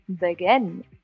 begin